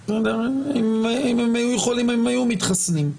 כי אם הם היו יכולים הם היו מתחסנים.